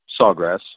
Sawgrass